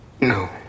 No